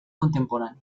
contemporánea